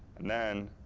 and then,